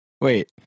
wait